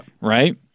Right